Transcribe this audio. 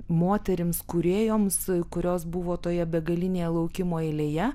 moterims kūrėjoms kurios buvo toje begalinėje laukimo eilėje